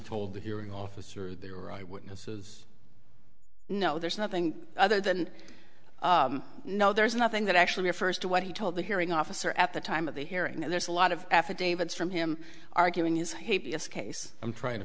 told the hearing officer there were eyewitnesses no there's nothing other than no there's nothing that actually refers to what he told the hearing officer at the time of the hearing and there's a lot of affidavits from him arguing his case i'm trying to